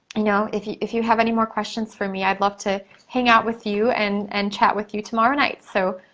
you know if you if you have any more questions for me i'd love to hang out with you and and chat with you tomorrow night. so,